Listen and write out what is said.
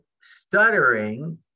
stuttering